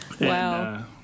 Wow